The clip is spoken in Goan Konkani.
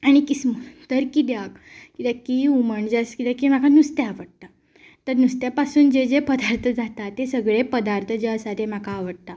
आनी किसमूर तर कित्याक कित्याक की हुमण जें आसा कित्याक तर म्हाका नुस्तें आवडटा तर नुस्त्या पासून जे जे पदार्थ जाता ते सगळे पदार्थ जे आसा ते म्हाका आवडटा